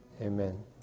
Amen